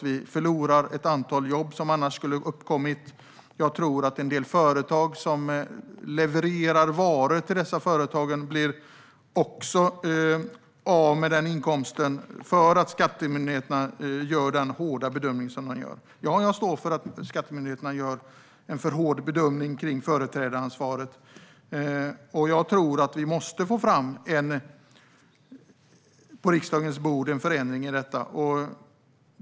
Vi förlorar ett antal jobb som annars skulle uppkommit, och en del företag som levererar varor till dessa företag blir av med inkomsten därför att skattemyndigheterna gör den hårda bedömning som de gör. Ja, jag står för att skattemyndigheterna gör en för hård bedömning av företrädaransvaret och att vi måste få fram en förändring av detta på riksdagens bord.